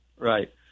Right